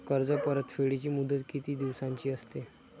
कर्ज परतफेडीची मुदत किती दिवसांची असते?